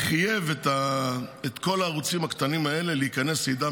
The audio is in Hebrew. השר חייב את כל הערוצים הקטנים האלה להיכנס לעידן